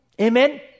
Amen